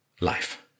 life